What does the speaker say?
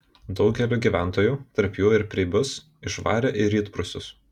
daugelį gyventojų tarp jų ir preibius išvarė į rytprūsius